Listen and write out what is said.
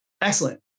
Excellent